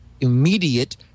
immediate